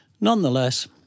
Nonetheless